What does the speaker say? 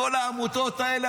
כל העמותות האלה,